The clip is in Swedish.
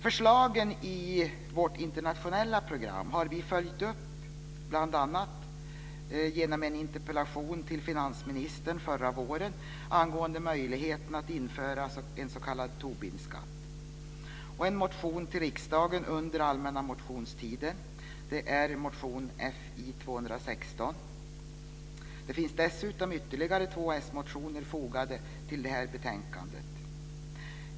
Förslagen i vårt internationella program har vi följt upp bl.a. genom en interpellation till finansministern förra våren angående möjligheten att införa en s.k. Tobinskatt och en motion till riksdagen under den allmänna motionstiden. Det är motion Fi216. Det finns dessutom ytterligare två s-motioner fogade till det här betänkandet.